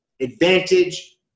advantage